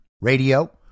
radio